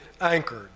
anchored